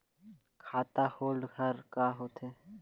खाता होल्ड हर का होथे?